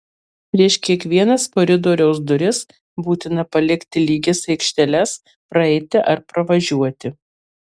prieš kiekvienas koridoriaus duris būtina palikti lygias aikšteles praeiti ar pravažiuoti